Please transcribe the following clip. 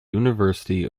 university